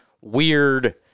weird